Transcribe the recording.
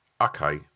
Okay